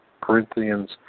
Corinthians